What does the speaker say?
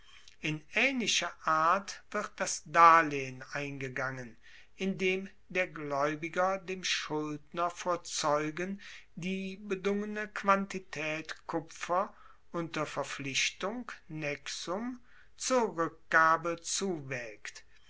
in aehnlicher art wird das darlehen eingegangen indem der glaeubiger dem schuldner vor zeugen die bedungene quantitaet kupfer unter verpflichtung nexum zur rueckgabe zuwaegt